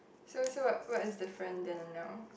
so so what what is the friend Daniel